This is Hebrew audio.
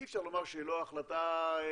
אי אפשר לומר שזו לא החלטה הגיונית,